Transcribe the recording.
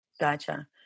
Gotcha